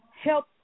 Help